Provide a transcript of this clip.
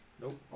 Nope